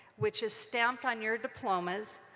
which is stamped on your diplomas,